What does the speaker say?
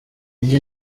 jye